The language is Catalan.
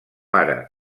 ara